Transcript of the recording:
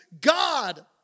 God